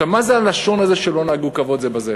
מה זה הלשון הזו, "שלא נהגו כבוד זה בזה"?